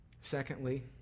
Secondly